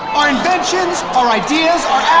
our inventions, our ideas,